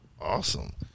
awesome